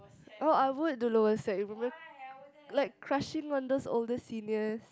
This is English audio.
oh I would to lower sec remember like crushing on those older seniors